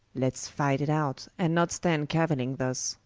let's fight it out, and not stand cauilling thus